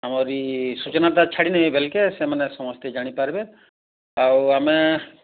ଆମରି ସୂଚନାଟା ଛାଡ଼ିନେମି ବୋଲକେ ସେମାନେ ସମସ୍ତେ ଜାଣି ପାରିବେ ଆଉ ଆମେ